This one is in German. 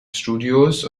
studios